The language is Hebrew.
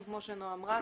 כמו שנעה אמרה,